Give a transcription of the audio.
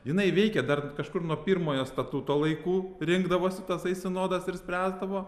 jinai veikė dar kažkur nuo pirmojo statuto laikų rinkdavosi tasai sinodas ir spręsdavo